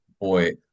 boy